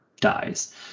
dies